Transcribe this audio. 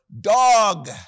dog